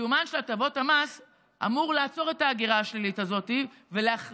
קיומן של הטבות המס אמור לעצור את ההגירה השלילית הזאת ולהשאיר